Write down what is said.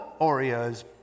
Oreos